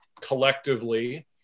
collectively